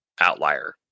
Outlier